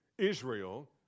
Israel